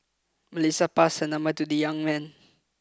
Melissa passed her number to the young man